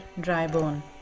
Drybone